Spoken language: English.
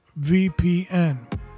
VPN